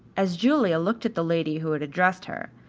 as julia looked at the lady who had addressed her,